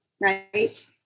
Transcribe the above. right